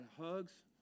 hugs